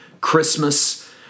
Christmas